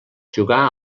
jugà